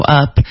up